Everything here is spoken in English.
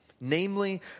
namely